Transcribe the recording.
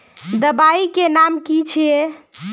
दबाई के नाम की छिए?